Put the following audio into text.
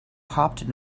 hopped